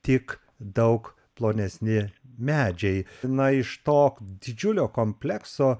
tik daug plonesni medžiai na iš to didžiulio komplekso